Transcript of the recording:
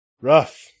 rough